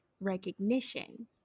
recognition